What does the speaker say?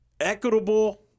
equitable